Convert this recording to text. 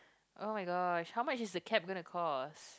oh-my-gosh how much is the cab gonna cost